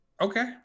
Okay